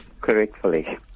correctly